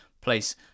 place